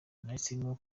nahisemo